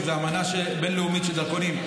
שזו אמנה בין-לאומית של דרכונים,